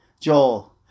Joel